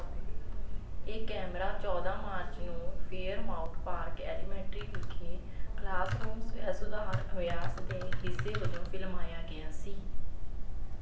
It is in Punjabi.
ਇਹ ਕੈਮਰਾ ਚੌਦਾਂ ਮਾਰਚ ਨੂੰ ਫੇਅਰਮਾਊਂਟ ਪਾਰਕ ਐਲੀਮੈਂਟਰੀ ਵਿਖੇ ਕਲਾਸਰੂਮ ਸਵੈ ਸੁਧਾਰ ਅਭਿਆਸ ਦੇ ਹਿੱਸੇ ਵਜੋਂ ਫਿਲਮਾਇਆ ਗਿਆ ਸੀ